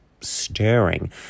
stirring